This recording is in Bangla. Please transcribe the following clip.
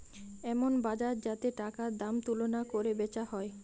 এমন বাজার যাতে টাকার দাম তুলনা কোরে বেচা হয়